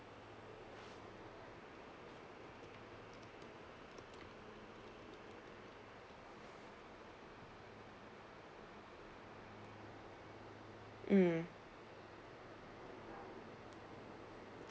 mm